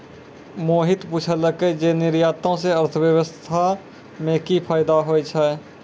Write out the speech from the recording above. मोहित पुछलकै जे निर्यातो से अर्थव्यवस्था मे कि फायदा होय छै